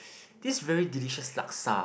this very delicious laksa